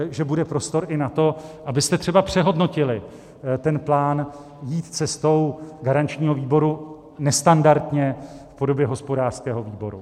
Že bude prostor i na to, abyste třeba přehodnotili ten plán jít cestou garančního výboru nestandardně v podobě hospodářského výboru.